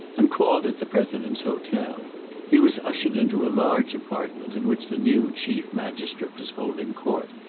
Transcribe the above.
and called at the president's hotel he was ushered into a large apartment in which the new chief magistrate was holding court,